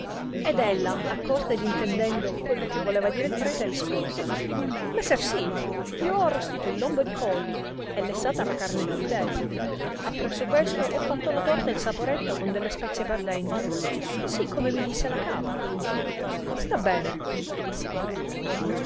ed ella accorta ed intendendo quello voleva dire il prete rispose messer sì io ho arrostito il lombo ed i polli e lessata la carne di vitello appresso questo ho fatta la torta e il saporetto con delle spezie per dentro sì come mi disse la capra sta bene disse il prete